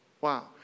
Wow